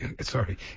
Sorry